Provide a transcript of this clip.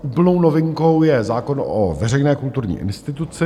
Úplnou novinkou je zákon o veřejné kulturní instituci.